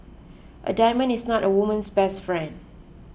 a diamond is not a woman's best friend